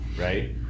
right